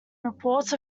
reports